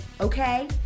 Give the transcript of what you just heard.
okay